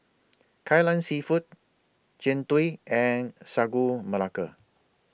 Kai Lan Seafood Jian Dui and Sagu Melaka